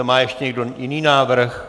Má ještě někdo jiný návrh?